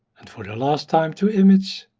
and for the last time to image,